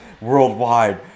worldwide